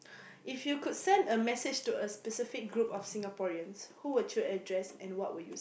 if you could send a message to a specific group of Singaporeans who would you address and what would you s~